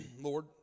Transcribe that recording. Lord